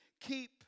keep